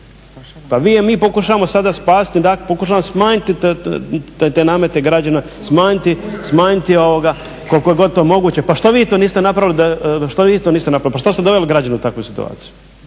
Pa mi pokušavamo sada smanjiti te namete građana, smanjiti koliko je god to moguće. Pa što vi to niste napravili, što ste doveli građane u takvu situaciju?